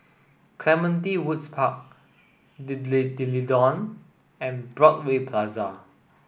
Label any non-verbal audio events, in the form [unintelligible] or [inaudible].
Clementi Woods Park [unintelligible] D'Leedon and Broadway Plaza